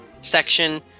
section